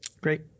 Great